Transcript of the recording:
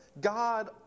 God